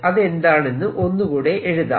അതെന്താണെന്ന് ഒന്നുകൂടെ എഴുതാം